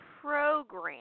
program